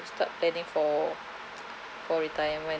start planning for for retirement